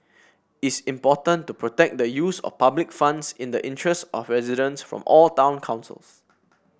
is important to protect the use of public funds in the interest of residents from all town councils